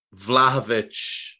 Vlahovic